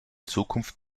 zukunft